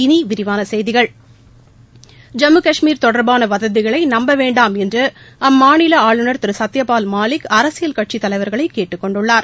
இனிவிரிவானசெய்திகள் ஜம்மு கஷ்மீர் தொடர்பானவதந்திகளைநம்பவேண்டாம் என்று அம்மாநில ஆளுநர் திருசத்யபால் மாலிக் அரசியல் கட்சித் தலைவர்களைக் கேட்டுக் கொண்டுள்ளார்